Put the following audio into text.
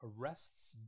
arrests